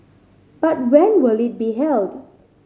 but when will it be held